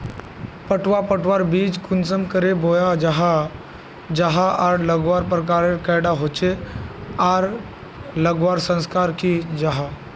पटवा पटवार बीज कुंसम करे बोया जाहा जाहा आर लगवार प्रकारेर कैडा होचे आर लगवार संगकर की जाहा?